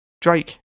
Drake